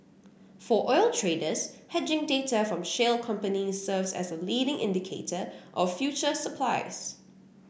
for oil traders hedging data from shale companies serves as a leading indicator of future supplies